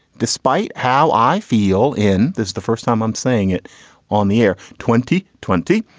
despite how i feel in this the first time i'm saying it on the air, twenty twenty,